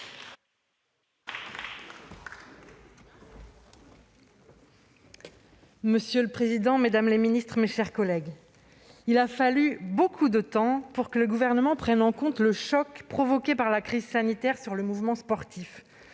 ministre, madame la secrétaire d'État, mes chers collègues, il a fallu beaucoup de temps pour que le Gouvernement prenne en compte le choc provoqué par la crise sanitaire sur le mouvement sportif.